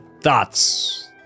thoughts